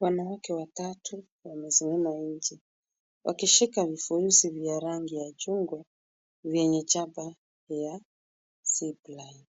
Wanawake watatu wamesimama nje. Wakishika vifurusi vya rangi ya chungwa, vyenye chapa ya zipline .